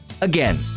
Again